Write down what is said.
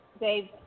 Dave